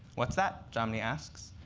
what's that, jomny asks.